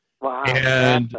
Wow